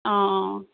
অঁ অঁ